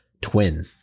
twin